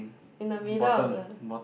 in the middle of the